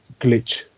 glitch